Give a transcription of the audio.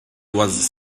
was